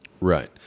Right